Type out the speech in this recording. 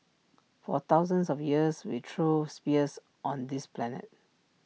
for thousands of years we threw spears on this planet